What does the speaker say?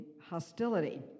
hostility